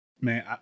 Man